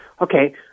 Okay